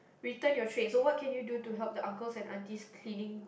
return your trays so what can you do to help the uncles and aunties cleaning